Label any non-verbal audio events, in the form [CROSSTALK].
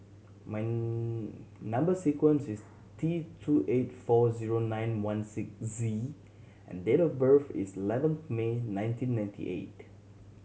[UNINTELLIGIBLE] number sequence is T two eight four zero nine one six Z and date of birth is eleven May nineteen ninety eight